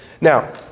Now